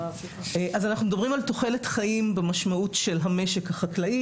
אנחנו מדברים על תוחלת חיים במשמעות של המשק החקלאי